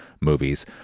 movies